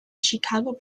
chicago